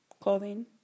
clothing